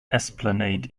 esplanade